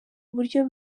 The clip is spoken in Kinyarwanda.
uburyo